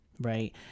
right